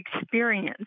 experience